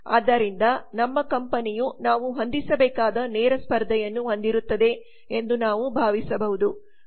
ಆದ್ದರಿಂದ ನಮ್ಮ ಕಂಪನಿಯು ನಾವು ಹೊಂದಿಸಬೇಕಾದ ನೇರ ಸ್ಪರ್ಧೆಯನ್ನು ಹೊಂದಿರುತ್ತದೆ ಎಂದು ನಾವು ಭಾವಿಸಬಹುದು